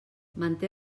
manté